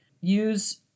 use